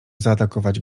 zaatakować